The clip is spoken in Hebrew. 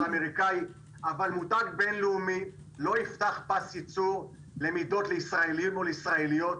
אבל מותג בינלאומי לא יפתח פס ייצור למידות לישראלים או לישראליות,